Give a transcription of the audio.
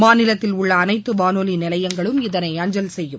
மாநிலத்தில் உள்ள அனைத்து வானொலி நிலையங்களும் இதனை அஞ்சல் செய்யும்